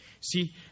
See